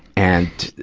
and,